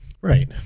Right